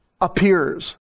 appears